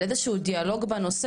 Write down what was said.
על איזה שהוא דיאלוג בנושא,